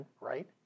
right